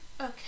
Okay